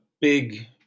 big